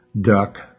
duck